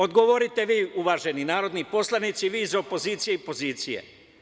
Odgovorite vi, uvaženi narodni poslanici, vi iz opozicije i pozicije.